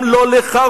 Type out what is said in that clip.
גם לא לך,